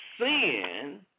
sin